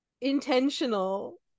intentional